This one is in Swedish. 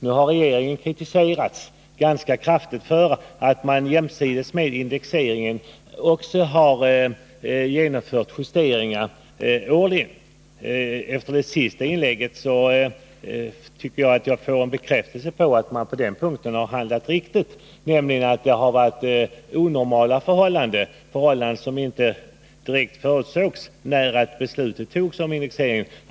Nu har regeringen kritiserats ganska kraftigt för att man jämsides med indexregleringen också har genomfört årliga justeringar. Med herr Wärnbergs senaste inlägg har jag fått en bekräftelse på att regeringen på den punkten har handlat riktigt. Det har rått onormala förhållanden, som inte kunde förutses när man fattade beslutet om indexreglering.